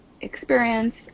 experience